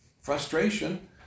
Frustration